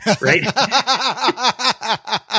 Right